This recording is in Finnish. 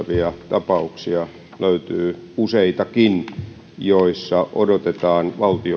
tapauksia joissa odotetaan valtion